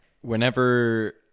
whenever